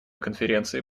конференции